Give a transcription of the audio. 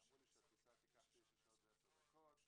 אמרו לי שהטיסה תיקח תשע שעות ועשר דקות,